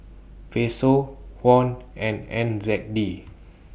Peso Won and N Z D